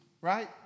right